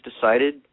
decided